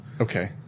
Okay